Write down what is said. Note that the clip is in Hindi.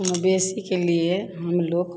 मवेशी के लिए हम लोग